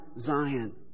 Zion